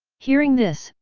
hearing this,